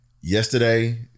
Yesterday